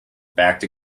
backed